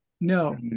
No